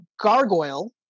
gargoyle